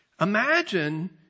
Imagine